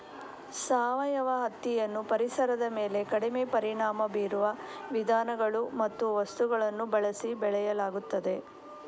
ಸಾವಯವ ಹತ್ತಿಯನ್ನು ಪರಿಸರದ ಮೇಲೆ ಕಡಿಮೆ ಪರಿಣಾಮ ಬೀರುವ ವಿಧಾನಗಳು ಮತ್ತು ವಸ್ತುಗಳನ್ನು ಬಳಸಿ ಬೆಳೆಯಲಾಗುತ್ತದೆ